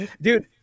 dude